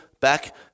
back